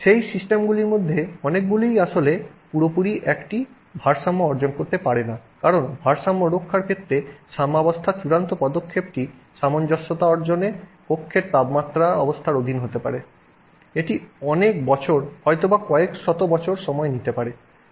সেই সিস্টেমগুলির মধ্যে অনেকগুলিই আসলে পুরোপুরি একটি ভারসাম্য অর্জন করতে পারেনা কারণ ভারসাম্য রক্ষার ক্ষেত্রে সাম্যাবস্থার চূড়ান্ত পদক্ষেপটি সামঞ্জস্যতা অর্জনে কক্ষের তাপমাত্রার অবস্থার অধীনে হতে পারে এটি অনেক বছর হয়তোবা কয়েক শত বছর সময় নিতে পারে